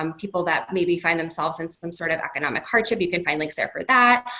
um people that maybe find themselves in some sort of economic hardship, you can find links there for that.